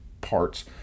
parts